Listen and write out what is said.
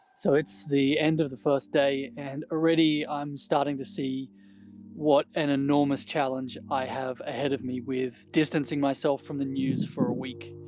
so it's the end of the first day and already i'm starting to see what an enormous challenge i have ahead of me with distancing myself from the news for a week.